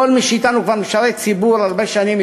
כל מי שאתנו כבר משרת ציבור הרבה שנים,